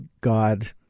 God